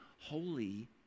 holy